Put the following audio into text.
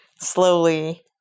slowly